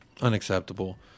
unacceptable